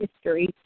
history